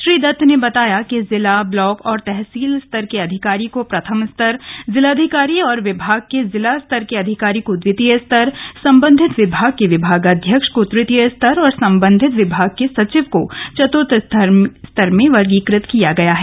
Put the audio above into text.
श्री दत्त ने बताया कि जिला ब्लॉक और तहसील स्तर के अधिकारी को प्रथम स्तर जिलाधिकारी और विभाग के जिला स्तर के अधिकारी को द्वितीय स्तर संबंधित विभाग के विभागाध्यक्ष को तृतीय स्तर और संबंधित विभाग के सचिव को चतुर्थ स्तर में वर्गीकृत किया गया है